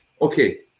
Okay